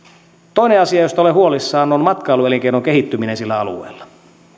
toinen asia josta olen huolissani on matkailuelinkeinon kehittyminen alueella